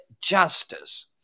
justice